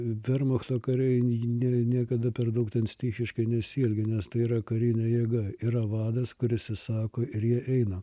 vermachto kariai ne niekada per daug ten stichiškai nesielgia nes tai yra karinė jėga yra vadas kuris įsako ir jie eina